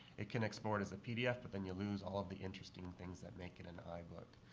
it can export as a pdf, but then you lose all of the interesting things that make it an ibook.